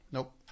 Nope